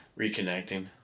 Reconnecting